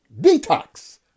detox